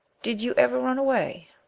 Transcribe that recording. did you ever run away?